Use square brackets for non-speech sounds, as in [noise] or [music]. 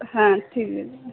হ্যাঁ ঠিক [unintelligible]